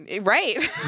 Right